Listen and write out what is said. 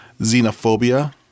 xenophobia